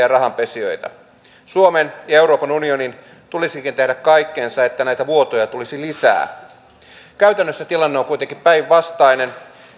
ja rahanpesijöitä suomen ja euroopan unionin tulisikin tehdä kaikkensa että näitä vuotoja tulisi lisää käytännössä tilanne on kuitenkin päinvastainen